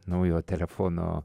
naujo telefono